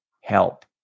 help